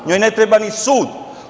NJoj ne treba ni sud.